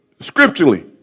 Scripturally